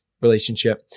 relationship